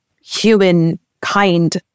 humankind